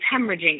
hemorrhaging